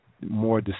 more